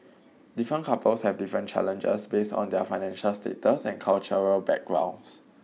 different couples have different challenges based on their financial status and cultural backgrounds